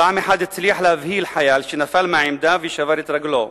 פעם אחת הצליח להבהיל חייל שנפל מהעמדה ושבר את רגלו.